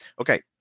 Okay